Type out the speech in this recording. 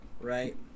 right